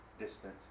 distant